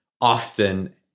often